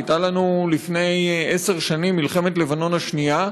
הייתה לנו לפני עשר שנים מלחמת לבנון השנייה,